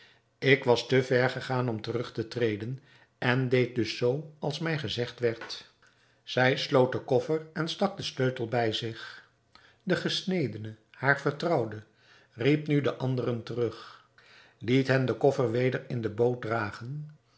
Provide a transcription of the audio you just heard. ik was te ver gegaan om terug te treden en deed dus zoo als mij gezegd werd zij sloot den koffer en stak den sleutel bij zich de gesnedene haar vertrouwde riep nu de anderen terug liet hen den koffer weder in de boot dragen